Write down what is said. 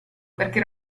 perché